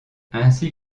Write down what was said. ainsi